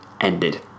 ended